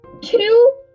two